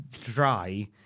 dry